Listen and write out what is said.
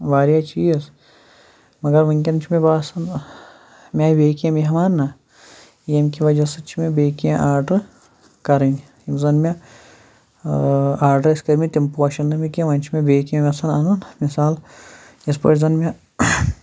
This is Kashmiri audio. واریاہ چیٖز مگر وٕنکٮ۪ن چھِ مےٚ باسان مےٚ آے بیٚیہِ کینٛہہ مہمان نا ییٚمۍ کہِ وَجہ سۭتۍ چھِ مےٚ بیٚیہِ کینٛہہ آرڈَر کَرٕںۍ یِم زَن مےٚ آرڈَر ٲسۍ کٔرۍ مٕتۍ تِم پوشَن نہٕ مےٚ کیںٛہہ وۄنۍ چھِ مےٚ بیٚیہِ کینٛہہ ٮ۪ژھان اَنُن مثال یِتھ پٲٹھۍ زَنہٕ مےٚ